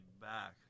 back